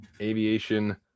Aviation